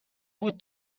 بود